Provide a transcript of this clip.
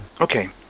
Okay